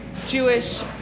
Jewish